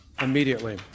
immediately